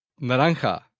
Naranja